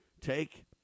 take